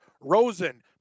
Rosen